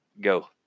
go